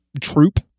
troop